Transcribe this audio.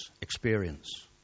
experience